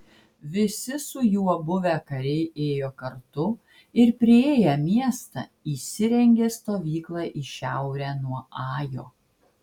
visi su juo buvę kariai ėjo kartu ir priėję miestą įsirengė stovyklą į šiaurę nuo ajo